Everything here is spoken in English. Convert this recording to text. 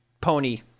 pony